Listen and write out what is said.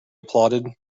applauded